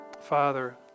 Father